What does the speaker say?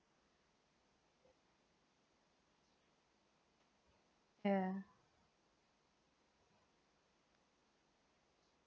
yeah